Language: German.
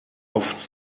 oft